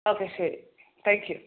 okay ശരി thank you